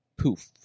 Poof